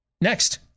Next